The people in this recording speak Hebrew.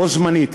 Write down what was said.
בו-זמנית,